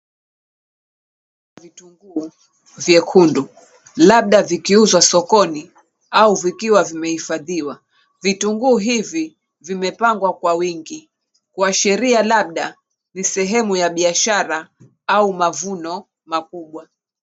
Vitunguu vyekundu labda vikiuzwa sokoni au vikiwa vimehifadhiwa. Vitunguu hivi vimepangwa kwa wingi, kuasiria labda, ni sehemu ya biashara au mavuno makubwa.